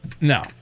No